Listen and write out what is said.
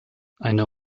eine